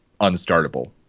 unstartable